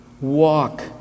walk